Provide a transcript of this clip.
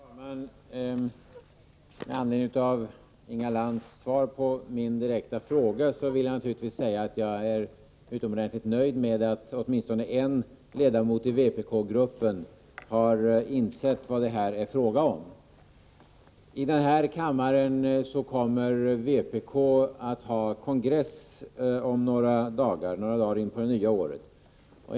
Herr talman! Med anledning av Inga Lantz svar på mina frågor vill jag säga, att jag naturligtvis är utomordentligt nöjd med att åtminstone en ledamot av vpk-gruppen har insett vad det här gäller. I denna kammare kommer vpk att ha kongress inom kort, några dagar in på det nya året.